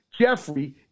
Jeffrey